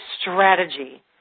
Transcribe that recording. strategy